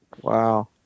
Wow